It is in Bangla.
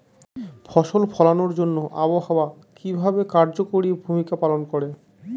ফসল ফলানোর জন্য আবহাওয়া কিভাবে কার্যকরী ভূমিকা পালন করে?